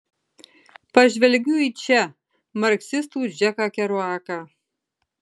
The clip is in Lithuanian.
pažvelgiu į če marksistų džeką keruaką